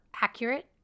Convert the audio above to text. accurate